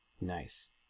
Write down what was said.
Nice